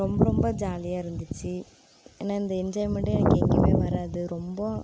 ரொம்ப ரொம்ப ஜாலியாக இருந்துச்சு ஏன்னால் இந்த என்ஜாய்மென்ட்டே எனக்கு எங்கேயுமே வராது ரொம்ப